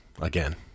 again